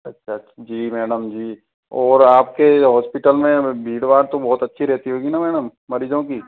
अच्छा जी मैडम जी और आपके हॉस्पिटल मैं भीड़ भाड़ तो बहुत अच्छी रहती होगी ना मैडम मरीजों की